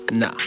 Nah